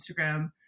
Instagram